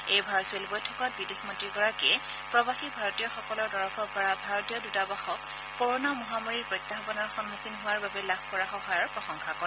এই ভাৰ্ছুৱেল বৈঠকত বিদেশ মন্ত্ৰীগৰাকীয়ে প্ৰৱাসী ভাৰতীয়সকলৰ তৰফৰ ভাৰতীয় দুতাবাসক ক'ৰণা মহামাৰীৰ প্ৰত্যায়ানৰ সন্মুখীন হোৱাৰ বাবে লাভ কৰা সহায়ৰ প্ৰশংসা কৰে